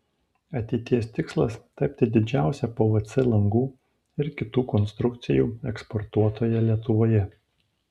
ateities tikslas tapti didžiausia pvc langų ir kitų konstrukcijų eksportuotoja lietuvoje